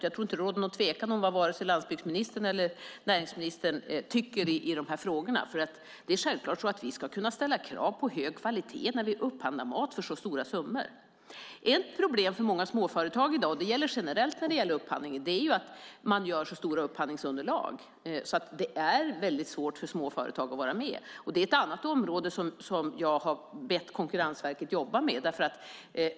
Jag tror inte att det råder någon tvekan om vad vare sig landsbygdsministern eller näringsministern tycker i de här frågorna. Det är självklart så att vi ska kunna ställa krav på kvalitet när vi upphandlar mat för så stora summor. Ett problem för många småföretag, och det gäller generellt för upphandling, är att man gör så stora upphandlingsunderlag så att det är väldigt svårt för små företag att vara med. Det är ett annat område som jag har bett Konkurrensverket jobba med.